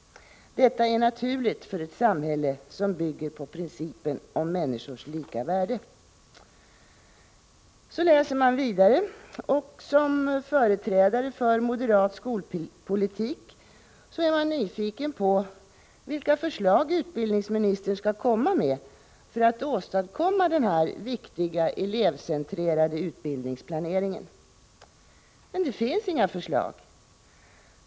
Detta är naturligt för ett samhälle som bygger på principen om människors lika värde.” Så läser man vidare och är som företrädare för moderat skolpolitik nyfiken på vilka förslag utbildningsministern skall komma med för att åstadkomma denna viktiga, elevcentrerade utbildningsplanering. Men där finns inga förslag.